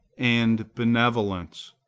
and benevolence,